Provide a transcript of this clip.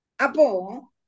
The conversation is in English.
Apo